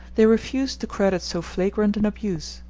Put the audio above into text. they refused to credit so flagrant an abuse,